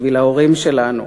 בשביל ההורים שלנו.